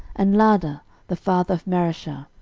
and laadah the father of mareshah,